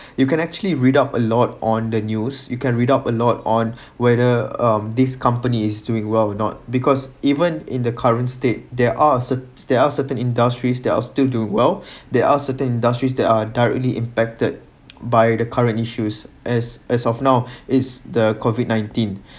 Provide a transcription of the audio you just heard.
you can actually read up a lot on the news you can read up a lot on whether um this company is doing well or not because even in the current state there are cer~ there are certain industries that are still do well there are certain industries that are directly impacted by the current issues as as of now is the COVID nineteen